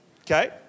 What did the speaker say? okay